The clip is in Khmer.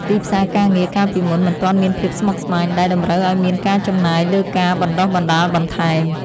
ទីផ្សារការងារកាលពីមុនមិនទាន់មានភាពស្មុគស្មាញដែលតម្រូវឱ្យមានការចំណាយលើការបណ្ដុះបណ្ដាលបន្ថែម។